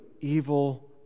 evil